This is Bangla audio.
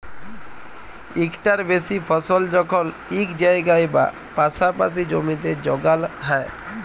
ইকটার বেশি ফসল যখল ইক জায়গায় বা পাসাপাসি জমিতে যগাল হ্যয়